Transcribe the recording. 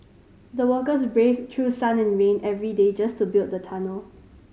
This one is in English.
the workers braved through sun and rain every day just to build the tunnel